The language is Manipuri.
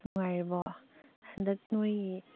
ꯅꯨꯡꯉꯥꯏꯔꯤꯕꯣ ꯍꯟꯗꯛ ꯅꯣꯏꯒꯤ